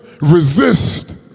Resist